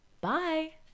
Bye